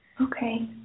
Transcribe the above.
Okay